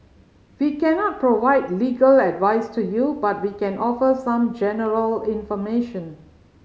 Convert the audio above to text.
we cannot provide legal advice to you but we can offer some general information